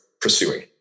pursuing